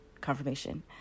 Confirmation